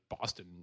Boston